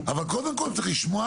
צריך לשמור